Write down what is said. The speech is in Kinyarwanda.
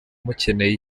mukeneye